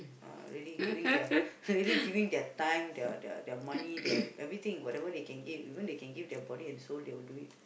uh really giving their really giving their time their their their money their everything whatever they can give even they can give their body and soul they will do it